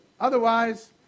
Otherwise